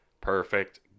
perfect